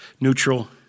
neutral